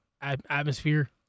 atmosphere